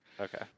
Okay